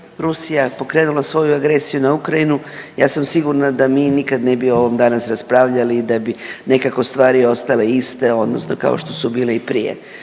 Rusija pokrenula svoju agresiju na Ukrajinu ja sam sigurna da mi nikad ne bi o ovom danas raspravljali i da bi nekako stvari ostale iste odnosno kao što su bile i prije,